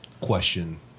question